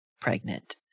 pregnant